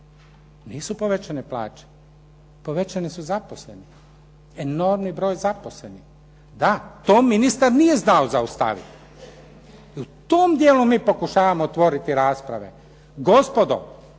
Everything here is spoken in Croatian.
Nisu povećane plaće, povećani su zaposleni, enormni broj zaposlenih. Da, to ministar nije znao zaustaviti. U tom dijelu mi pokušavamo otvoriti rasprave. Gospodo,